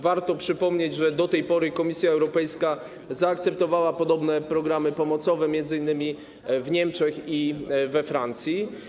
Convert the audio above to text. Warto przypomnieć, że do tej pory Komisja Europejska zaakceptowała podobne programy pomocowe m.in. w Niemczech i we Francji.